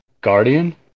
Guardian